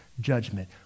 judgment